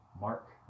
mark